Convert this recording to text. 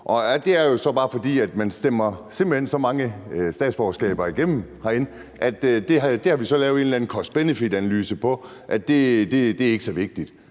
det ned på personniveau. Man stemmer simpelt hen så mange statsborgerskaber igennem herinde, og så har man lavet en eller anden cost-benefit-analyse af, at det ikke er så vigtigt.